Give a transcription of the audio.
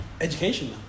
education